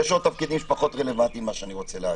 יש עוד תפקידים שפחות רלוונטיים למה שאני רוצה להגיד.